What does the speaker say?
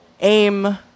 aim